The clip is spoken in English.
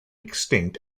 extinct